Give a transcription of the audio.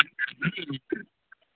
ᱦᱮᱸ